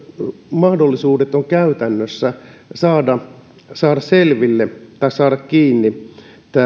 mahdollisuudet on käytännössä saada saada selville tai saada kiinni